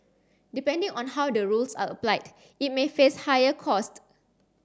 depending on how the rules are applied it may face higher cost